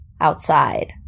outside